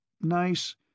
nice